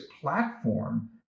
platform